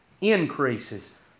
increases